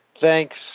Thanks